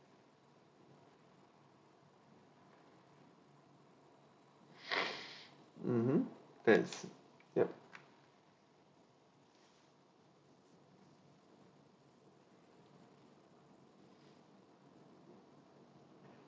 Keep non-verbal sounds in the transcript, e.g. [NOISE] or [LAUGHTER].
[NOISE] mmhmm that's yup